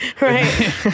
Right